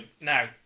now